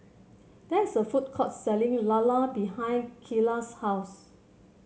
there is a food court selling lala behind Kyler's house